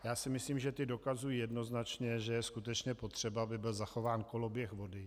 Já si myslím, že ta dokazují jednoznačně, že je skutečně potřeba, aby byl zachován koloběh vody.